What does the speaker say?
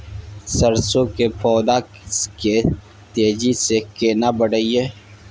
सरसो के पौधा के तेजी से केना बढईये?